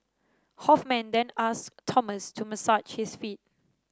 Hoffman then asked Thomas to massage his feet